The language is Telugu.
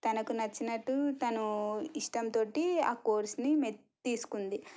తనకు నచ్చినట్లు తనూ ఇష్టంతోటి ఆ కోర్సుని తీసుకుంది